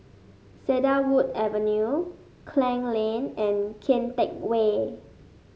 Cedarwood Avenue Klang Lane and Kian Teck Way